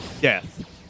Death